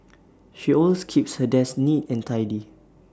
she always keeps her desk neat and tidy